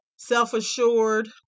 self-assured